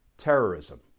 Terrorism